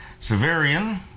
Severian